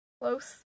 close